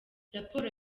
raporo